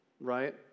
right